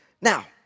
Now